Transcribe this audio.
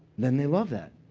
then they love that.